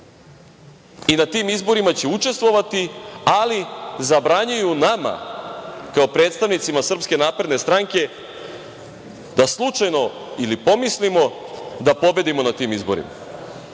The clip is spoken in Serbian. i na tim izborima će učestvovati, ali zabranjuju nama kao predstavnicima SNS da slučajno ili pomislimo da pobedimo na tim izborima. Ono